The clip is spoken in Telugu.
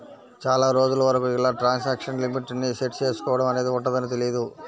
చాలా రోజుల వరకు ఇలా ట్రాన్సాక్షన్ లిమిట్ ని సెట్ చేసుకోడం అనేది ఉంటదని తెలియదు